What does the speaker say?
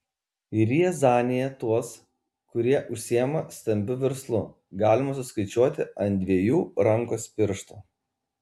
riazanėje tuos kurie užsiima stambiu verslu galima suskaičiuoti ant dviejų rankos pirštų